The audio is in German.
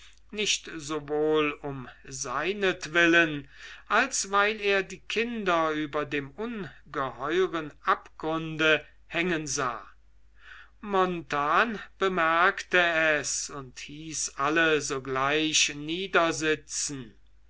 nicht sowohl um seinetwillen als weil er die kinder über dem ungeheuren abgrunde hängen sah jarno bemerkte es und hieß alle sogleich